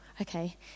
okay